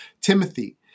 Timothy